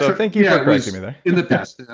so thank you for correcting me there, in the past.